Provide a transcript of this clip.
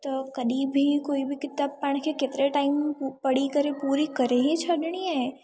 त कॾहिं बि कोई बि किताब पाण खे केतिरे टाइम पढ़ी करे पूरी करे इहो छॾणी आहे